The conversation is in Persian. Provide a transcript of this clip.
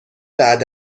بعد